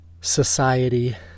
society